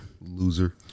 Loser